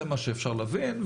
זה מה שאפשר להבין,